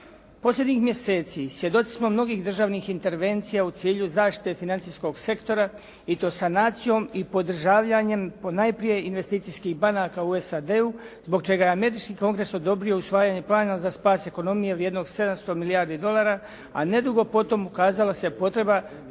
Posljednjih mjeseci svjedoci smo mnogih državnih intervencija u cilju zaštite financijskog sektora i to sanacijom i podržavljanjem ponajprije investicijskih banaka u SAD-u zbog čega je američki Kongres odobrio usvajanje plana za spas ekonomije vrijednog 700 milijardi dolara, a nedugo potom ukazala se potreba